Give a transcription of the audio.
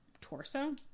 torso